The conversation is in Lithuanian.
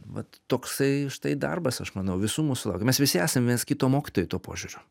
vat toksai štai darbas aš manau visų mūsų laukia mes visi esam viens kito mokytojai tuo požiūriu